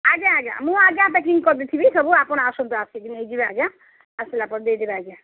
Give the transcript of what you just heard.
ଆଜ୍ଞା ଆଜ୍ଞା ଆଉ ମୁଁ ଆଜ୍ଞା ପେକିଙ୍ଗ୍ କରିଦେଇଥିବି ସବୁ ଆପଣ ଆସନ୍ତୁ ଆସିକି ନେଇଯିବେ ଆଜ୍ଞା ଆସିଲାପରେ ଦେଇଦେବେ ଆଜ୍ଞା